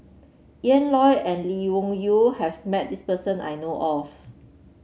Ian Loy and Lee Wung Yew has met this person I know of